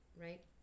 right